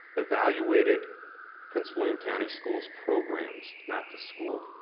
evaluated prince william county schools programs not the school.